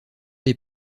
des